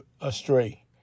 astray